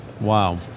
Wow